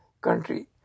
country